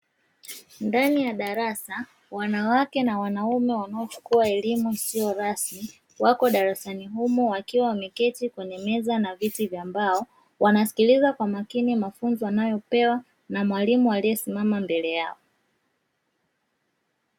Ndani ya darasa wanawake na wanaume wanaochukua elimu isiyo rasmi, wapo darasani humo wakiwa wameketi kwenye viti na meza vya mbao wanasikiliza kwa makini, mafunzo wanayopewa na mwalimu aliyesimama mbele yao.